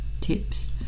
tips